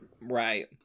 Right